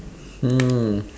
mm